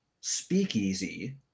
speakeasy